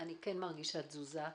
אני כן מרגישה תזוזה,